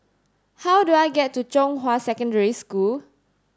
how do I get to Zhonghua Secondary School